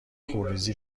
خونریزی